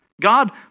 God